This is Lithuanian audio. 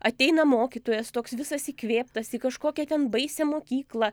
ateina mokytojas toks visas įkvėptas į kažkokią ten baisią mokyklą